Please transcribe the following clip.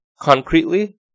concretely